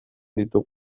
ditugu